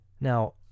Now